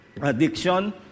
addiction